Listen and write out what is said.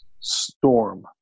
storm